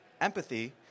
empathy